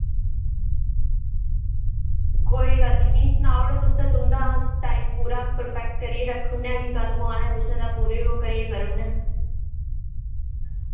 कोई गल्ल नि मि सनाऊड़ो तुस ते तुं'दा टाइम पूरा प्रफैक्ट करियै रक्खुने आं के कदुूं औना ऐ तुसें ते पूरे ओह् करियै करूने आं